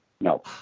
no